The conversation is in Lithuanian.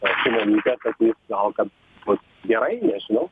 o šimonytė sakys na kad bus gerai nežinau